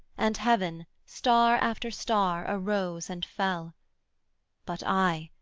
and heaven, star after star, arose and fell but i,